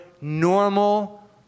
normal